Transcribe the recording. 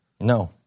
No